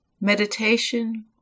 meditation